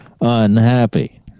unhappy